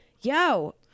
yo